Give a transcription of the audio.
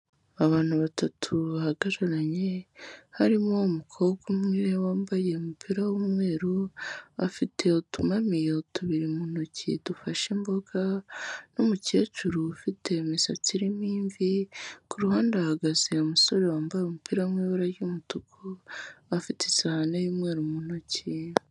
Abantu batatu bahagararanye, harimo umukobwa umwe wambaye umupira w'umweru afite utumamiyo tubiri mu ntoki dufashe imboga, n'umukecuru ufite imisatsi irimo imvi, ku ruhande hahagaze umusore wambaye umupira uri mu ibara ry'umutuku, afite isahani y'umweru mu ntoki.